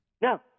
No